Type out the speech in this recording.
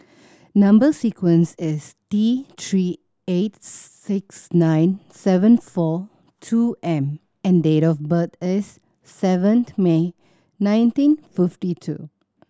number sequence is T Three eight six nine seven four two M and date of birth is seventh May nineteen fifty two